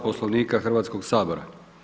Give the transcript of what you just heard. Poslovnika Hrvatskog sabora.